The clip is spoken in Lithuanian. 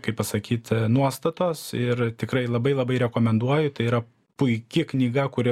kaip pasakyti nuostatos ir tikrai labai labai rekomenduoju tai yra puiki knyga kuri